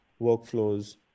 workflows